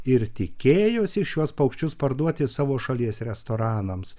ir tikėjosi šiuos paukščius parduoti savo šalies restoranams